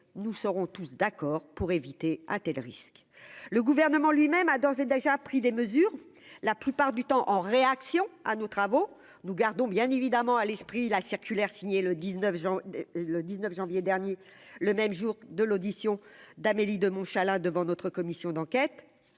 nous serons tous d'accord pour éviter, a-t-elle risque le gouvernement lui-même a d'ores et déjà pris des mesures, la plupart du temps en réaction à nos travaux, nous gardons bien évidemment à l'esprit la circulaire signée le 19 janvier le 19 janvier dernier, le même jour, de l'audition d'Amélie de Montchalin devant notre commission d'enquête,